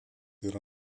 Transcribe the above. yra